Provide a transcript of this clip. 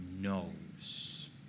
knows